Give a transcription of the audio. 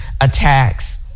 attacks